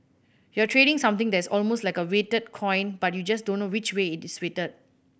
you're trading something that is almost like a weighted coin but you just don't know which way it is weighted